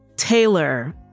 Taylor